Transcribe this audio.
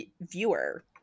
viewer